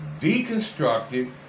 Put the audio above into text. deconstructed